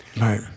Right